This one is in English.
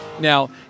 Now